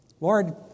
Lord